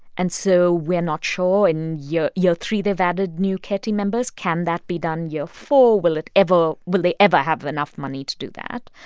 and so we're not sure. in year year three, they've added new care team members. can that be done year four? will it ever will they ever have enough money to do that?